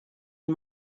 die